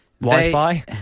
Wi-Fi